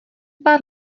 pár